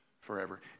forever